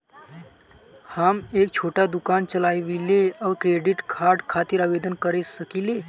हम एक छोटा दुकान चलवइले और क्रेडिट कार्ड खातिर आवेदन कर सकिले?